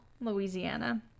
Louisiana